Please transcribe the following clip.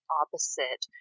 opposite